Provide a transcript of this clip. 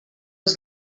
els